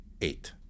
eight